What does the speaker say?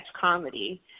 comedy